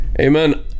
Amen